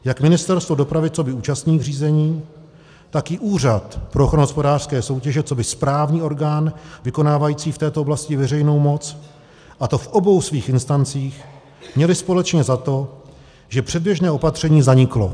Jak Ministerstvo dopravy coby účastník řízení, tak i Úřad pro ochranu hospodářské soutěže coby správní orgán vykonávající v této oblasti veřejnou moc, a to v obou svých instancích, měly společně za to, že předběžné opatření zaniklo.